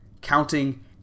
counting